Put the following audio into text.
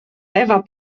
ewa